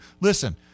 listen